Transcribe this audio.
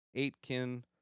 Aitken